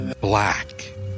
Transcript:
black